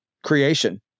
Creation